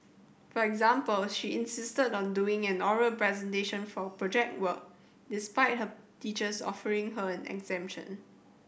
for example she insisted on doing an oral presentation for Project Work despite her teachers offering her an exemption